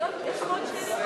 דב, יש לך עוד שתי דקות.